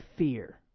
Fear